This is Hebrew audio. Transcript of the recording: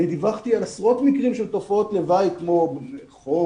דיווחתי למשרד הבריאות על עשרות מקרים של תופעות לוואי כמו חום,